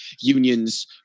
unions –